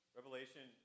Revelation